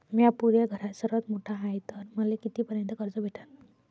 म्या पुऱ्या घरात सर्वांत मोठा हाय तर मले किती पर्यंत कर्ज भेटन?